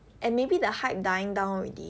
and maybe the hype dying down already